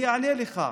אני אענה לך,